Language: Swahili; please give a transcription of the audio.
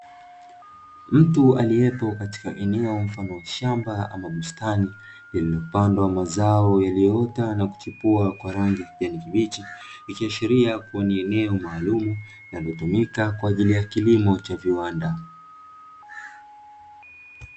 Mtu aliyepo katika eneo mfano wa shamba ama bustani, lililopandwa mazao yaliyoota na kuchipua wa rangi ya kijani kibichi. Ikiashiria kuwa ni eneo maalumu linalotumika kwa ajili ya kilimo cha viwanda.